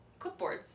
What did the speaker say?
clipboards